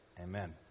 amen